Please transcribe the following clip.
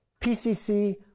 PCC